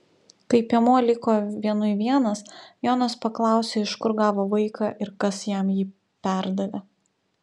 kai piemuo liko vienui vienas jonas paklausė iš kur gavo vaiką ir kas jam jį perdavė